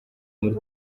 muri